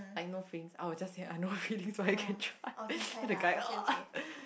like no feelings I will just say I no feelings so I can try so the guy